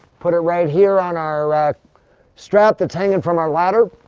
put it right here on our strap that's hanging from our ladder,